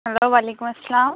hello وعلیکم السّلام